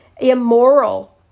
immoral